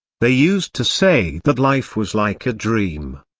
they used to say that life was like a dream.